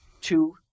Two